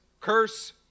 Curse